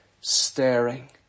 staring